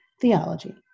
theology